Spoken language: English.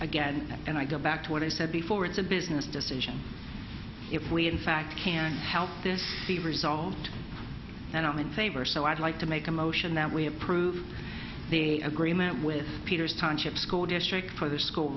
that and i go back to what i said before it's a business decision if we in fact can help this be resolved and i'm in favor so i'd like to make a motion that we approve the agreement with peter's timeship school district for the school